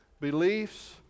beliefs